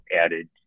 added